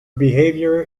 behavior